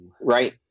Right